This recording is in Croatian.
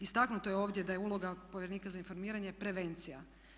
Istaknuto je ovdje da je uloga povjerenika za informiranje prevencija.